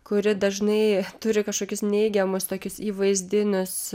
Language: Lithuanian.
kuri dažnai turi kažkokius neigiamus tokius įvaizdinius